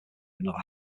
another